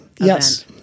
Yes